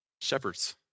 Shepherds